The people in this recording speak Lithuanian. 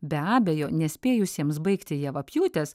be abejo nespėjusiems baigti javapjūtės